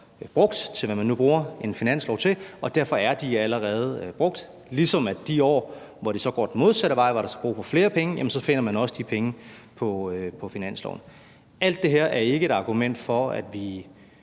brugt til, hvad man nu bruger en finanslov til; derfor er de allerede brugt, ligesom man de år, hvor det så går den modsatte vej og der er brug for flere penge, også finder de penge på finansloven. Alt det her er ikke et argument for, at vi